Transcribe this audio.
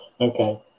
Okay